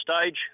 stage